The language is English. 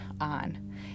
on